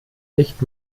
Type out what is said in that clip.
nicht